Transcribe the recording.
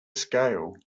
scale